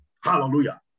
Hallelujah